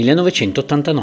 1989